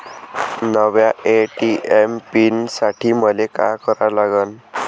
नव्या ATM PIN साठी मले का करा लागन?